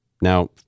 Now